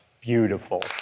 beautiful